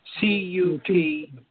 C-U-P